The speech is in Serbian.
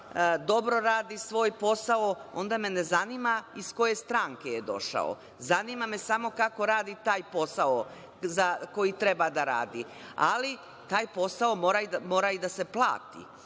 dobro radi svoj posao, onda me ne zanima iz koje stranke je došao, zanima me samo kako radi taj posao koji treba da radi. Ali, taj posao mora i da se plati.